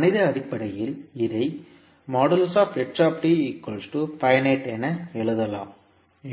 கணித அடிப்படையில் இதை என எழுதலாம்